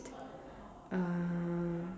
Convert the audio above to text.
uh